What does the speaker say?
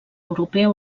europea